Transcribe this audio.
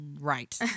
Right